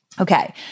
Okay